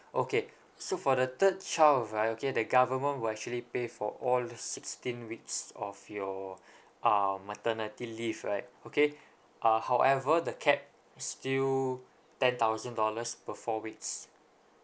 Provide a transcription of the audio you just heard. okay so for the third child right okay the government will actually pay for all the sixteen weeks of your uh maternity leave right okay uh however the cap still ten thousand dollars per four weeks